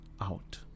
out